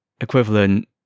equivalent